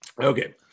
okay